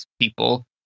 people